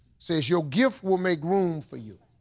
says your gift will make room for you.